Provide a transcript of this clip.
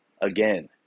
Again